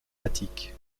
attique